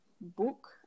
book